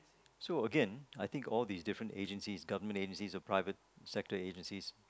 so Again I think all these different agencies government agencies or private sector agencies